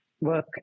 work